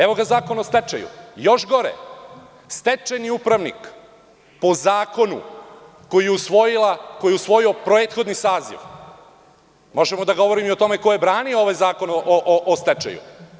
Evo ga Zakon o stečaju, još gore, stečajni upravnik po zakonu koji je usvojio prethodni saziv, možemo da govorimo i o tome ko je branio ovaj Zakon o stečaju.